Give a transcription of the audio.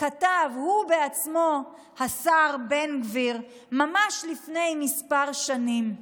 כתב הוא בעצמו, השר בן גביר, ממש לפני כמה שנים.